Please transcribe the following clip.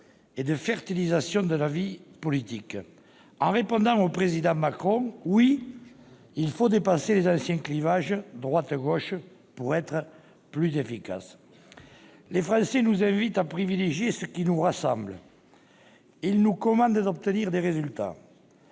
et de fertilisation de la vie politique, en répondant au président Macron qu'il fallait effectivement dépasser les anciens clivages entre droite et gauche pour plus d'efficacité. Les Français nous invitent à privilégier ce qui nous rassemble et nous commandent d'obtenir des résultats.